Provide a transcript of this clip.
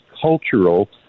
cultural